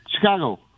Chicago